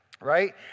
Right